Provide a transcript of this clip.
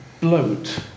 bloat